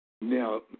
Now